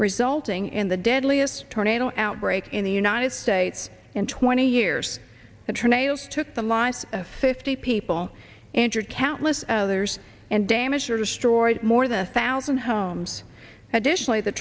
resulting in the deadliest tornado outbreak in the united states in twenty years attorney took the lives of fifty people injured countless others and damaged or destroyed more than a thousand homes additionally the